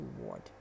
reward